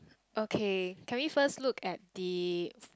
okay can we first look at the